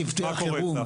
צוותי החירום.